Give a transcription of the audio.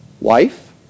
wife